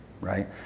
right